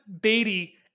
Beatty